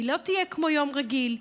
היא לא תהיה כמו ביום רגיל.